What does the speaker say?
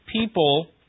people